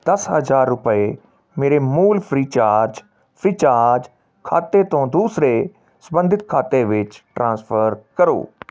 ਦਸ ਹਜ਼ਾਰ ਰੁਪਏ ਮੇਰੇ ਮੂਲ ਫ੍ਰੀ ਚਾਰਜ ਫ੍ਰੀ ਚਾਰਜ ਖਾਤੇ ਤੋਂ ਦੂਸਰੇ ਸੰਬੰਧਿਤ ਖਾਤੇ ਵਿੱਚ ਟ੍ਰਾਂਸਫਰ ਕਰੋ